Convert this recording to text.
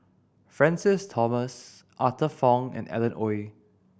Francis Thomas Arthur Fong and Alan Oei